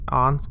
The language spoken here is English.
on